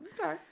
Okay